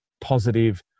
positive